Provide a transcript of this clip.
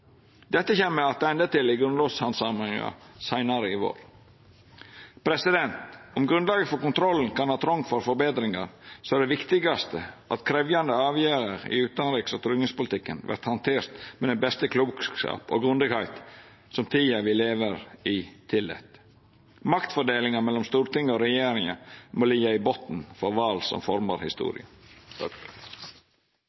Dette kjem me attende til i grunnlovshandsaminga seinare i vår. Om grunnlaget for kontroll kan ha trong for forbetringar, er det viktigaste at krevjande avgjerder i utanriks- og tryggingspolitikken vert handterte med den beste klokskap og grundigheit som tida me lever i, tillèt. Maktfordelinga mellom Stortinget og regjeringa må liggja i botn for val som formar